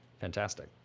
Fantastic